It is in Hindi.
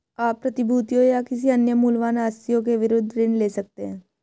आप प्रतिभूतियों या किसी अन्य मूल्यवान आस्तियों के विरुद्ध ऋण ले सकते हैं